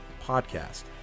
podcast